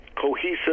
cohesive